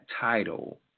title